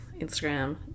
instagram